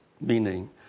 meaning